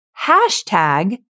hashtag